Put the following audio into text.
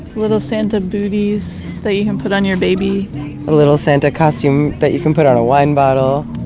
little santa booties that you can put on your baby a little santa costume that you can put on a wine bottle.